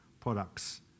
products